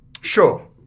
Sure